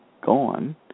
Gone